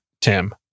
Tim